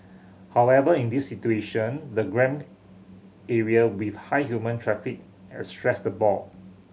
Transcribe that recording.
however in this situation the area with high human traffic had stressed the boar